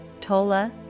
Tola